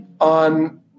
on